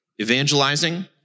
evangelizing